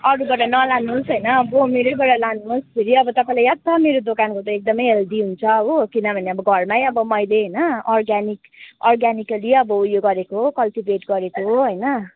अरूबाट नलानुहोस् होइन अब मेरैबाट लानुहोस् फेरि अब तपाईँलाई याद छ मेरो दोकानको त एकदमै हेल्दी हुन्छ हो किनभने अब घरमै अब मैले होइन अर्ग्यानिक अर्ग्यानिकल्ली अब उयो गरेको कल्टिभेट गरेको होइन